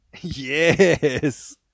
Yes